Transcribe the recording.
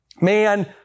Man